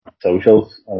socials